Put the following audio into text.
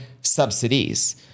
subsidies